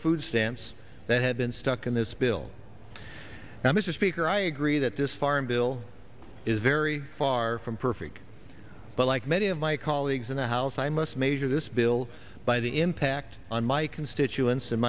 food stamps that had been stuck in this bill and mr speaker i agree that this farm bill is very far from perfect but like many of my colleagues in the house i must measure this bill by the impact on my constituents in